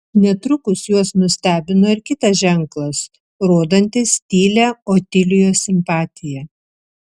netrukus juos nustebino ir kitas ženklas rodantis tylią otilijos simpatiją